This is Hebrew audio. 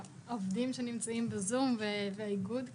עובדים שנמצאים בזום והאיגוד,